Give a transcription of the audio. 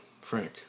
Frank